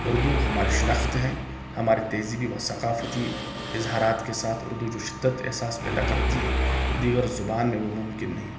اردو ہماری شناخت ہیں ہماری تہذیبی و ثقافتی اظہارات کے ساتھ اردو جو شدت احساس پیدا کرتی ہیں دیگر زبان میں وہ ممکن نہیں